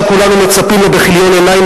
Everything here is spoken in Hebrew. שכולנו מצפים לו בכיליון עיניים,